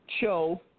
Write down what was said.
show